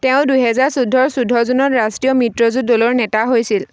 তেওঁ দুহেজাৰ চৈধ্যৰ চৈধ্য জুনত ৰাষ্ট্ৰীয় মিত্ৰজোঁট দলৰ নেতা হৈছিল